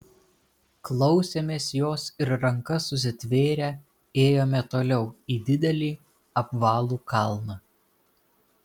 klausėmės jos ir rankas susitvėrę ėjome toliau į didelį apvalų kalną